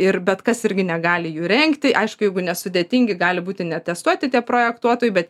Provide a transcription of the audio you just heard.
ir bet kas irgi negali jų rengti aišku jeigu nesudėtingi gali būti neatestuoti tie projektuotojai bet